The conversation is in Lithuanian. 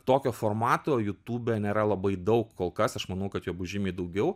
tokio formato jutube nėra labai daug kol kas aš manau kad jo bus žymiai daugiau